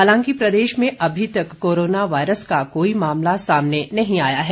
हालांकि प्रदेश में अभी तक कोरोना वायरस का कोई मामाला सामने नहीं आया है